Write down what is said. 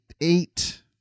eight